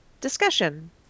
discussion